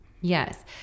Yes